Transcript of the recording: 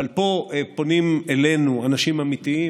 אבל פה פונים אלינו אנשים אמיתיים,